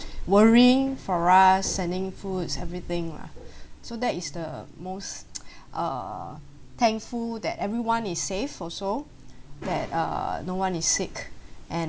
worrying for us sending foods everything lah so that is the most uh thankful that everyone is safe also that err no one is sick and